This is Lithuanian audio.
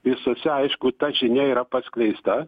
visose aišku ta žinia yra paskleista